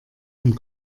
und